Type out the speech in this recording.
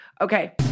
Okay